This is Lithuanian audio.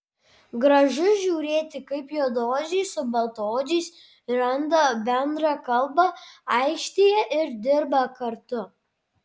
gražu žiūrėti kaip juodaodžiai su baltaodžiais randa bendrą kalbą aikštėje ir dirba kartu